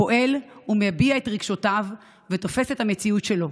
פועל ומביע את רגשותיו ותופס את המציאות שלו.